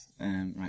Right